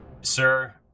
Sir